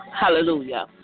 hallelujah